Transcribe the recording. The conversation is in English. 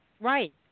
Right